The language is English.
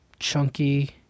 chunky